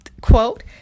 quote